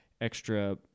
extra